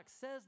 says